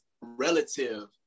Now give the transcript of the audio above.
relative